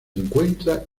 encuentra